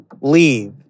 Leave